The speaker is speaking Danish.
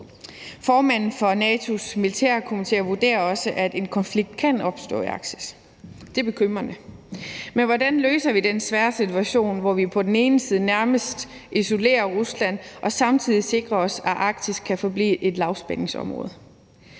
Formanden for NATO's Militærkomité vurderer også, at en konflikt kan opstå i Arktis. Det er bekymrende. Men hvordan løser vi den svære situation, hvor vi på den ene side nærmest isolerer Rusland og samtidig skal sikre os, at Arktis kan forblive et lavspændingsområde?